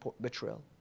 betrayal